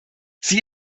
sie